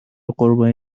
قربانی